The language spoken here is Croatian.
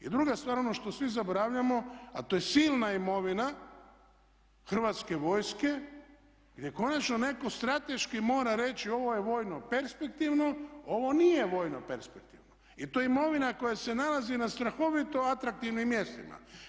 I druga stvar, ono što svi zaboravljamo a to je silna imovina Hrvatske vojske gdje konačno netko strateški mora reći ovo je vojno perspektivno, ovo nije vojno perspektivno i to je imovina koja se nalazi na strahovito atraktivnim mjestima.